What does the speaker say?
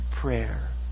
prayer